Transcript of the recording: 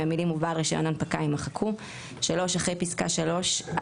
המילים "ובעל רישיון הנפקה" יימחקו אחרי פסקה (3)